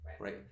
right